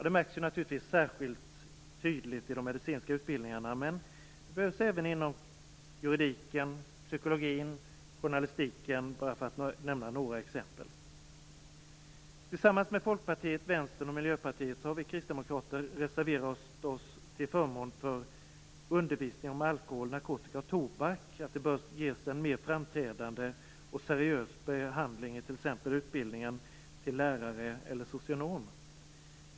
Det märks naturligtvis särskilt tydligt i de medicinska utbildningarna, men det behövs även inom juridiken, psykologin, journalistiken, för att bara nämna några exempel. Tillsammans med Folkpartiet, Vänstern och Miljöpartiet har vi kristdemokrater reserverat oss för att undervisning om alkohol, narkotika och tobak bör ges en mer framträdande och seriös behandling i t.ex. utbildningen till lärare eller socionom.